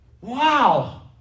Wow